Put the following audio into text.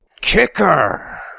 Kicker